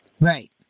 right